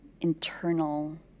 internal